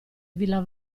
villa